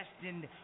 destined